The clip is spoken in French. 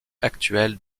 actuelles